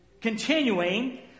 continuing